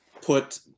put